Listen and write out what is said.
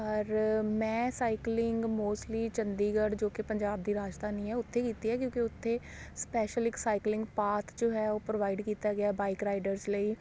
ਪਰ ਮੈਂ cycling mostly Chandigarh ਜੋ ਕਿ ਪੰਜਾਬ ਦੀ ਰਾਜਧਾਨੀ ਹੈ ਉੱਥੇ ਕੀਤੀ ਹੈ ਕਿਉਂਕਿ ਉੱਥੇ ਸਪੈਸ਼ਲ ਇੱਕ ਸਾਈਕਲਿੰਗ ਪਾਥ ਜੋ ਹੈ ਉਹ ਪਰੋਵਾਇਡ ਕੀਤਾ ਗਿਆ ਬਾਈਕ ਰਾਈਡਰਸ ਲਈ